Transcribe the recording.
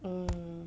hmm